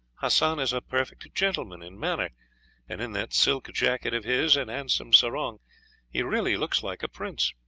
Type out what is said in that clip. hassan is a perfect gentleman in manner, and in that silk jacket of his and handsome sarong he really looks like a prince.